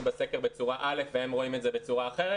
בסקר בצורה א' והם רואים את זה בצורה אחרת.